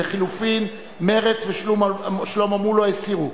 לחלופין, מרצ ושלמה מולה הסירו.